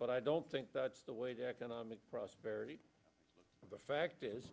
but i don't think that's the way to economic prosperity the fact is